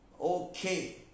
Okay